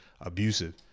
abusive